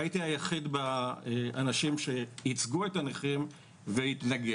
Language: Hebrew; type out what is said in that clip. והייתי היחיד באנשים שייצגו את הנכים והתנגד.